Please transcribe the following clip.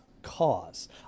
Cause